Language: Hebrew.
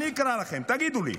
אני אקרא לכם, תגידו לי,